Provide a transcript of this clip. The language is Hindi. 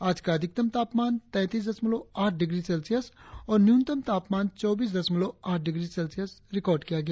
आज का अधिकतम तापमान तैंतीस दशमलव आठ डिग्री सेल्सियस और न्यूनतम तापमान चौबीस दशमलव आठ डिग्री सेल्सियस रिकार्ड किया गया